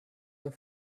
the